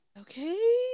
Okay